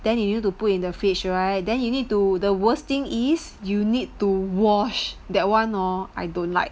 then you need to put in the fridge right then you need to the worst thing is you need to wash that [one] hor I don't like